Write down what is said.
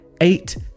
eight